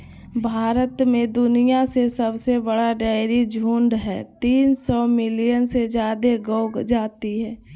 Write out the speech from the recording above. भारत में दुनिया के सबसे बड़ा डेयरी झुंड हई, तीन सौ मिलियन से जादे गौ जाती हई